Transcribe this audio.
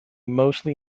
mostly